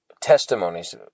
testimonies